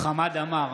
חמד עמאר,